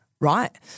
right